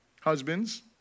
husbands